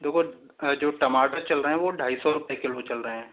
देखो जो टमाटर चल रहे हैं वह ढाई सौ रुपए किलो चल रहे हैं